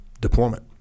deployment